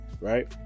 right